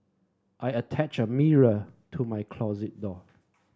I attached a mirror to my closet door